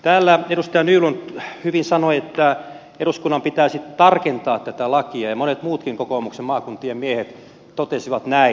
täällä edustaja nylund hyvin sanoi että eduskunnan pitäisi tarkentaa tätä lakia ja monet muutkin kokoomuksen maakuntien miehet totesivat näin